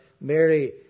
Mary